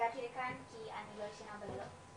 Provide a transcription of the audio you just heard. והגעתי לכאן כי אני לא ישנה בלילות.